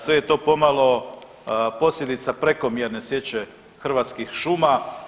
Sve je to pomalo posljedica prekomjerne sječe hrvatskih šuma.